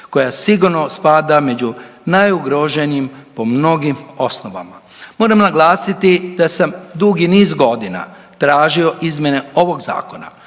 koja sigurno spada među najugroženim po mnogim osnovama. Moram naglasiti da sam dugi niz godina tražio izmjene ovog zakona,